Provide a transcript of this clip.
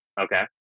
Okay